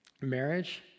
marriage